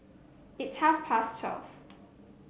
it's half past twelve